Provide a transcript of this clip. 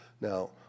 Now